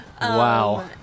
Wow